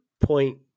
point